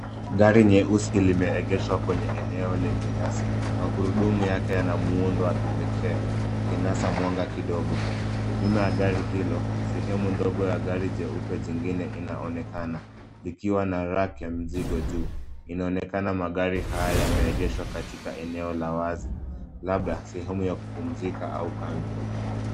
Gari nyeusi limeegeshwa kwenye eneo lenye nyasi, magurudumu yake yanamuundo wa kipekee ikinaza mwanga kidogo, nyuma ya gari hilo sehemu ndogo la gari jeupe jingine inaonekana likiwa na raki ya mizigo juu , inaonekana magari haya yameegeshwa katika eneo la wazi labda sehemu ya kupumizika au kambi.